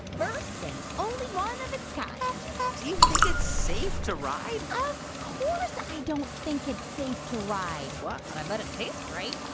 first and only one of its kind do you think it's safe to ride? of course i don't think it's safe to ride. but i bet it tastes great